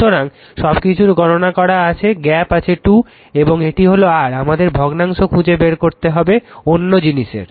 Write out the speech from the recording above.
সুতরাং সবকিছু গণনা করা হয়েছে গ্যাপ আছে 2 এবং এটি হল r আমাদের ভগ্নাংশ খুঁজে বের করতে হবে অন্য জিনিসের